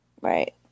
Right